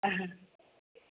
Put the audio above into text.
हो